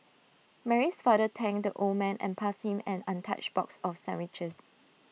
Mary's father thanked the old man and passed him an untouched box of sandwiches